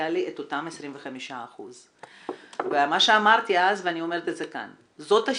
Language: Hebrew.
לי את אותם 25%. מה שאמרתי אז ואני אומרת כאן,